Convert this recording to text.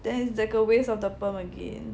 then it's like a waste of the perm again